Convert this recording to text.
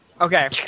Okay